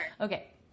Okay